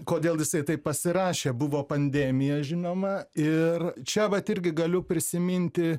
kodėl jisai taip pasirašė buvo pandemija žinoma ir čia vat irgi galiu prisiminti